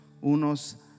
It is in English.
unos